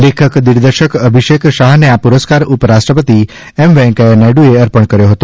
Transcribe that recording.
લેખક દિગ્દર્શક અભિષેક શાહને આ પુરસ્કાર ઉપરાષ્ટ્રપતિ વેંકઈયા નાથડ઼ એ અર્પણ કર્યો હતો